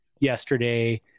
yesterday